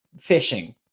fishing